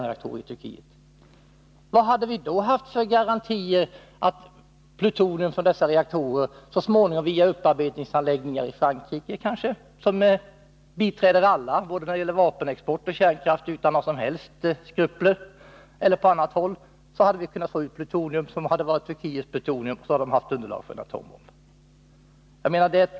Vilka garantier hade vi då haft för att inte plutonium från dessa reaktorer så småningom, via upparbetningsanläggningar i Frankrike — som ju utan några som helst skrupler biträder alla både när det gäller vapenexport och kärnkraft — eller på annat håll, hade blivit tillgängligt i Turkiet, så att man där hade fått underlag för att tillverka en atombomb?